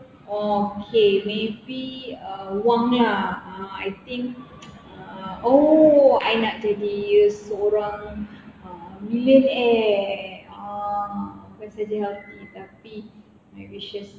oh okay maybe um wang lah ah I think oh I nak jadi seorang millionaire ah bukan sahaja healthy tapi my wish